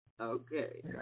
Okay